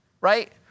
right